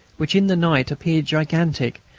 which, in the night, appeared gigantic,